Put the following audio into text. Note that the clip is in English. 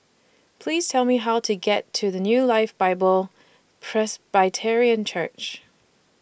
Please Tell Me How to get to The New Life Bible Presbyterian Church